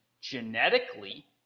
genetically